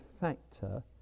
factor